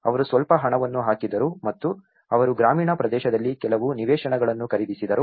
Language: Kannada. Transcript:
ಮತ್ತು ಅವರು ಸ್ವಲ್ಪ ಹಣವನ್ನು ಹಾಕಿದರು ಮತ್ತು ಅವರು ಗ್ರಾಮೀಣ ಪ್ರದೇಶದಲ್ಲಿ ಕೆಲವು ನಿವೇಶನಗಳನ್ನು ಖರೀದಿಸಿದರು